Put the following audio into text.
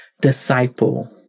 disciple